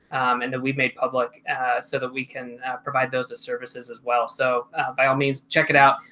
and that we made public so that we can provide those ah services as well. so by all means, check it out.